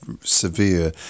severe